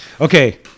Okay